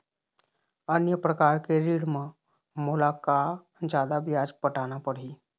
अन्य प्रकार के ऋण म मोला का जादा ब्याज पटाना पड़ही?